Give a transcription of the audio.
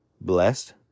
blessed